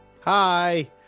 Hi